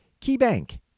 KeyBank